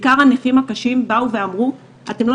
בעיקר הנכים הקשים באו ואמרו שאנחנו לא